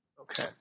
Okay